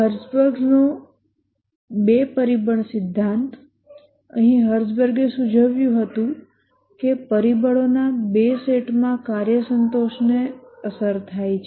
Herzberg નો 2 પરિબળ સિદ્ધાંત અહીં હર્ઝબર્ગે સૂચવ્યું હતું કે પરિબળોના બે સેટ માં કાર્ય સંતોષ ને અસર થાય છે